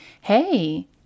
hey